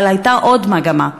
אבל הייתה עוד מגמה.